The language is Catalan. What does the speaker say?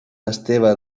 esteve